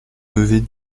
lever